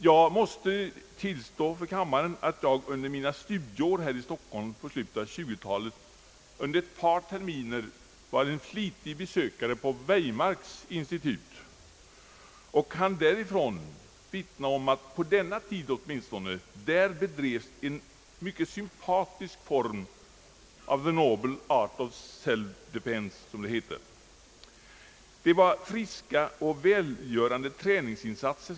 Jag måste tillstå för kammaren att jag under mina studieår här i Stockholm i slutet av 1920-talet under ett par terminer var en flitig besökare på Weimarks institut, och jag kan vittna om att, åtminstone på denna tid, där bedrevs en mycket sympatisk form av the noble art of self-defence, som det heter. Det var friska och välgörande träningsinsatser.